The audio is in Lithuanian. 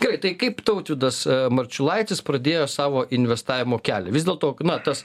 gerai tai kaip tautvydas marčiulaitis pradėjo savo investavimo kelią vis dėlto na tas